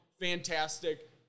Fantastic